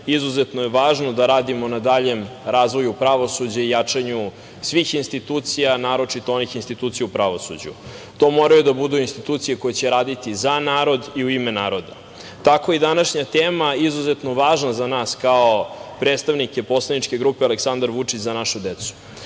izuzetno je važno da radimo na daljem razvoju pravosuđa i jačanju svih institucija, naročito onih institucija u pravosuđu. To moraju da budu institucije koje će raditi za narod i u ime naroda. Tako je i današnje tema izuzetno važna za nas kao predstavnike poslaničke grupe Aleksandar Vučić – Za našu decu. Pre